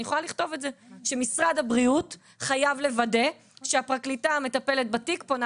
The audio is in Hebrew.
אני יכולה לכתוב שמשרד הבריאות חייב לוודא שהפרקליטה המטפלת בתיק פונה